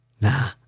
Nah